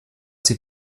sich